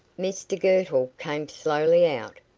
mr girtle came slowly out,